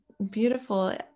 Beautiful